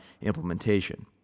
implementation